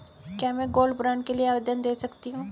क्या मैं gold bond के लिए आवेदन दे सकती हूँ?